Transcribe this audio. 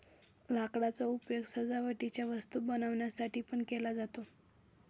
लाकडाचा उपयोग सजावटीच्या वस्तू बनवण्यासाठी पण केला जातो